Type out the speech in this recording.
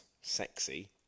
sexy